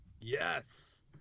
yes